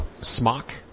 smock